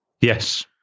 Yes